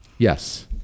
Yes